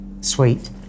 Sweet